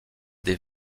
des